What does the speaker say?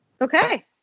Okay